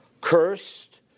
cursed